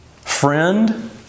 Friend